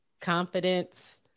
confidence